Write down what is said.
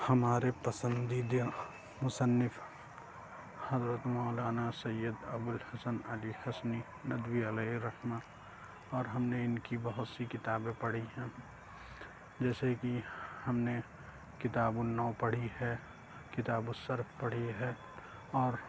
ہمارے پسندیدہ مصنف حضرت مولانا سید ابوالحسن علی حسنی ندوی علیہ الرحمہ اور ہم نے اِن کی بہت سی کتابیں پڑھیں ہیں جیسے کہ ہم نے کتاب النحو پڑھی ہے کتاب الصرف پڑھی ہے اور